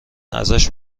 ازش